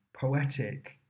poetic